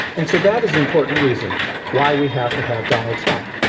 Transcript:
and so, that is an important reason why we have to have donald trump.